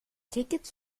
tickets